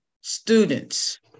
students